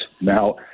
now